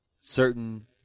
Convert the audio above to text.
certain